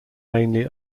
mainly